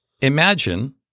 imagine